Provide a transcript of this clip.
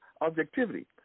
objectivity